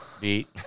beat